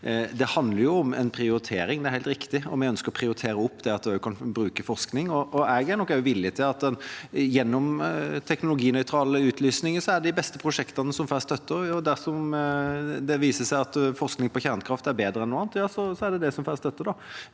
det handler om en prioritering, og vi ønsker å prioritere at vi også kan bruke forskning. Gjennom teknologinøytral utlysning er det de beste prosjektene som får støtte. Dersom det viser seg at forskning på kjernekraft er bedre enn noe annet, ja, så er det det som får støtte.